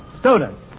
Students